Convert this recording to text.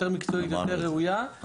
יותר מקצועית ויותר ראויה,